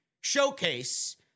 showcase